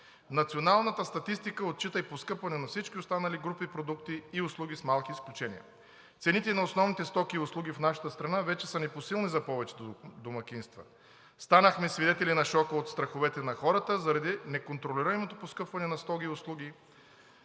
Националната статистика отчита и поскъпване на всички останали групи продукти и услуги, с малки изключения. Цените на основните стоки и услуги в нашата страна вече са непосилни за повечето домакинства. Станахме свидетели на шока от страховете на хората заради неконтролируемото поскъпване на стоки и услуги.